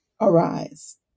Arise